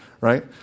right